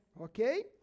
Okay